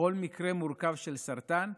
בכל מקרה מורכב של סרטן,